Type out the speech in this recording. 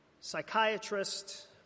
psychiatrist